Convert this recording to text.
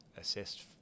assessed